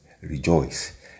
rejoice